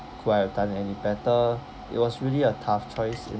could I have done any better it was really a tough choice